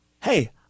Hey